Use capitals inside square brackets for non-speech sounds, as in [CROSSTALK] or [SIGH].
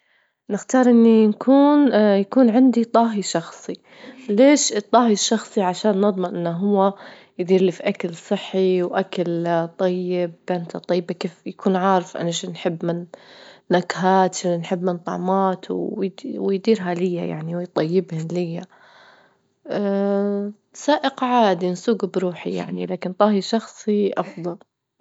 نختار إني نكون [HESITATION] يكون عندي طاهي شخصي، ليش الطاهي الشخصي؟ عشان نضمن إنه هو يدير لي في أكل صحي وأكل [HESITATION] طيب، بنته طيبة، كيف يكون عارف أنا شنو نحب من نكهات، شنو نحب من طعمات ويد- ويديرها ليا يعني، ويطيبهن ليا، سائق عادي نسوج بروحي [NOISE] يعني، لكن طاهي شخصي أفضل. [NOISE]